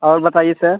और बताइए सर